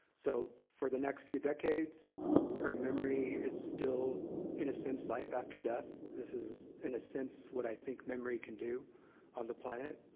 so, for the next few decades her memory is still in a sense, life after death. this is in a sense what i think memory can do on the planet.